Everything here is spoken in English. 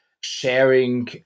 sharing